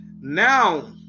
Now